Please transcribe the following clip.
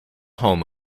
home